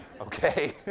okay